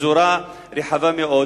בפזורה רחבה מאוד,